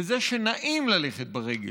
בזה שנעים ללכת ברגל,